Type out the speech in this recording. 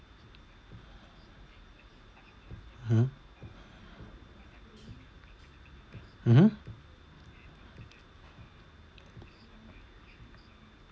hmm mmhmm